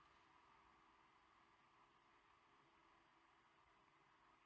okay